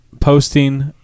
posting